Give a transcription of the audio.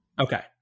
Okay